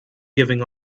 giving